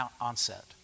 onset